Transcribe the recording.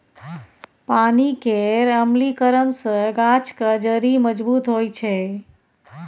पानि केर अम्लीकरन सँ गाछक जड़ि मजबूत होइ छै